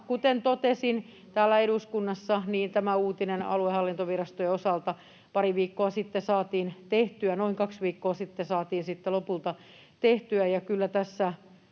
kuten totesin täällä eduskunnassa, tämä uutinen aluehallintovirastojen osalta pari viikkoa sitten saatiin tehtyä, noin kaksi viikkoa sitten saatiin lopulta tehtyä.